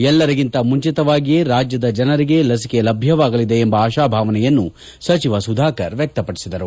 ಎಲ್ಲರಿಗಿಂತ ಮುಂಚಿತವಾಗಿಯೇ ರಾಜ್ಯದ ಜನರಿಗೆ ಲಸಿಕೆ ಲಭ್ಯವಾಗಲಿದೆ ಎಂಬ ಆಶಾ ಭಾವನೆಯನ್ನು ಸಚಿವ ಸುಧಾಕರ್ ವ್ಯಕ್ತಪಡಿಸಿದರು